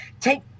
take